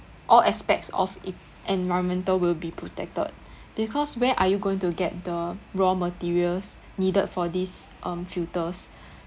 all aspects of e~ environmental will be protected because where are you going to get the raw materials needed for this um filters